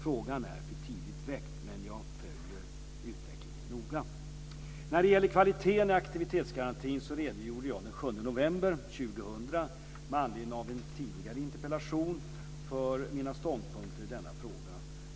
Frågan är för tidigt väckt men jag följer noga utvecklingen. När det gäller kvaliteten i aktivitetsgarantin redogjorde jag den 7 november 2000, med anledning av en tidigare interpellation, för mina ståndpunkter i denna fråga.